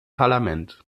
parlament